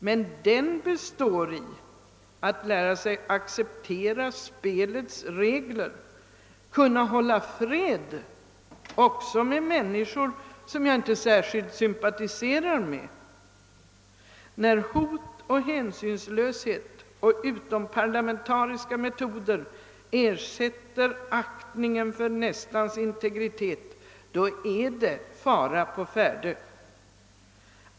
Men den består i att lära sig acceptera spelets regler, kunna hålla fred också med människor som man inte särskilt sympatiserar med. När hot och hänsynslöshet och utomparlamentariska metoder ersätter aktningen för nästans integritet, då är det fara på färde.